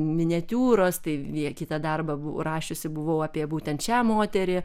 miniatiūros tai vie kitą darbą buv rašiusi buvau apie būtent šią moterį